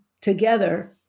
together